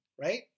right